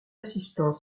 assistant